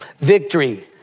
Victory